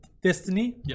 destiny